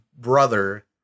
brother